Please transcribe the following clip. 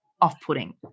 off-putting